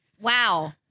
Wow